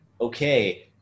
okay